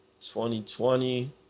2020